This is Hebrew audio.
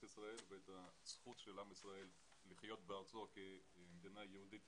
ישראל ואת הזכות של עם ישראל לחיות בארצו כמדינה יהודית